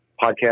podcast